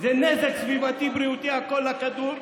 זה נזק סביבתי-בריאותי לכל הכדור,